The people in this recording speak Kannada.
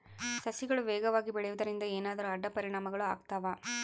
ಸಸಿಗಳು ವೇಗವಾಗಿ ಬೆಳೆಯುವದರಿಂದ ಏನಾದರೂ ಅಡ್ಡ ಪರಿಣಾಮಗಳು ಆಗ್ತವಾ?